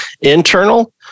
internal